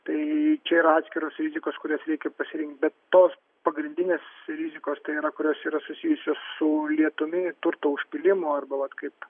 tai čia yra atskiros rizikos kurias reikia pasirinkt bet tos pagrindinės rizikos tai yra kurios yra susijusios su lietumi turto užpylimu arba vat kaip